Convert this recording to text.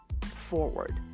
forward